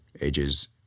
ages